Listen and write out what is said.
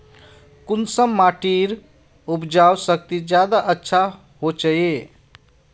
कुंसम माटिर उपजाऊ शक्ति ज्यादा अच्छा होचए?